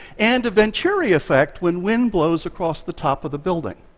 and a venturi effect when wind blows across the top of the building.